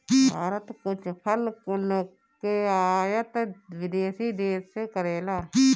भारत कुछ फल कुल के आयत विदेशी देस से करेला